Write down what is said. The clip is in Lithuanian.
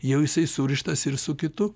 jau jisai surištas ir su kitu